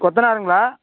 கொத்தனாருங்களா